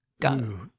Go